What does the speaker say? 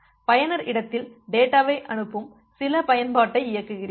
பயனர் இடத்தில் டேட்டாவை அனுப்பும் சில பயன்பாட்டை இயக்குகிறீர்கள்